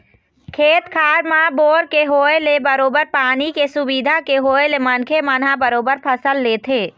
खेत खार म बोर के होय ले बरोबर पानी के सुबिधा के होय ले मनखे मन ह बरोबर फसल लेथे